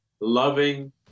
loving